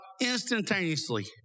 instantaneously